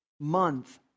Month